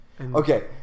Okay